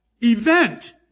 event